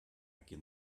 quien